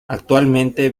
actualmente